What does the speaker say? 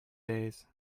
days